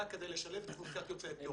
כדי לשלב את אוכלוסיית יוצאי אתיופיה.